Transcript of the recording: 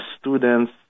students